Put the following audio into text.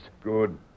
Good